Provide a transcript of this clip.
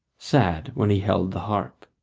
sad when he held the harp.